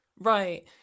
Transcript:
Right